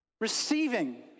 receiving